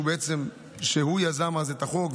שהוא בעצם יזם אז את החוק,